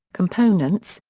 components,